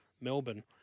Melbourne